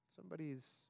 Somebody's